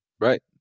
Right